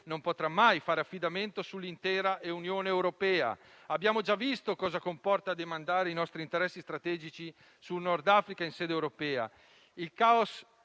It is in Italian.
non potrà mai fare affidamento sull'intera Unione europea. Abbiamo già visto cosa comporta demandare i nostri interessi strategici sul Nord Africa in sede europea.